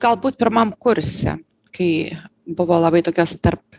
galbūt pirmam kurse kai buvo labai tokios tarp